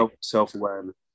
self-awareness